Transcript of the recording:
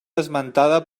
esmentada